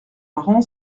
marrant